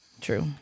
True